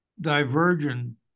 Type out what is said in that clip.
divergent